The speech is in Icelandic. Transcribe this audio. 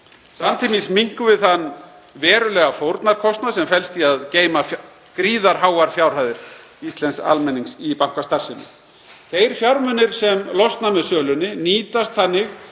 Samtímis minnkum við þann verulega fórnarkostnað sem felst í að geyma gríðarháar fjárhæðir íslensks almennings í bankastarfsemi. Þeir fjármunir sem losna með sölunni nýtast þannig